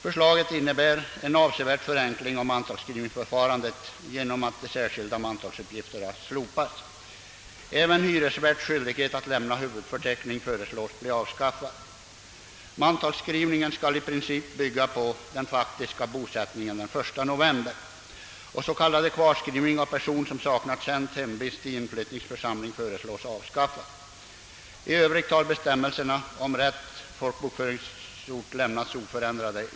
Förslaget innebär en avsevärd förenkling av mantalsskrivningsförfarandet genom att de särskilda mantalsuppgifterna slopas. Även hyresvärds skyldighet att lämna huvudförteckning föreslås avskaffad. Mantalsskrivningen skall i princip bygga på den faktiska bosättningen den 1 november, och s.k. kvarskrivning av person som saknar känd hemvist i inflyttningsförsamlingen föreslås likaledes avskaffad.